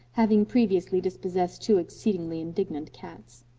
having previously dispossessed two exceedingly indignant cats.